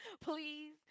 Please